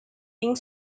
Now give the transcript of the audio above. being